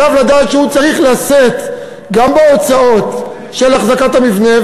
עליו לדעת שהוא גם צריך לשאת בהוצאות של החזקת המבנה,